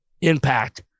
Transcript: impact